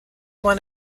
won